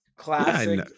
classic